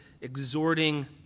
exhorting